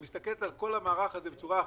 שמסתכלת על כל המערך הזה בצורה אחרת,